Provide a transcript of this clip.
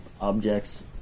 objects